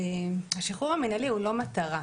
שהשחרור המנהלי הוא לא מטרה.